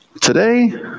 Today